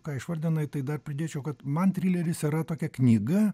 ką išvardinai tai dar pridėčiau kad man trileris yra tokia knyga